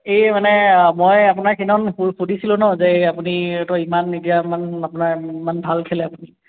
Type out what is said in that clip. এই মানে মই আপোনাক সিদিনাখন সু সুধিছিলোঁ ন যে আপুনি ত' ইমান মিডিয়ামান আপোনাৰ ইমান ভাল খেলে আপুনি